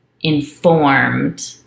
informed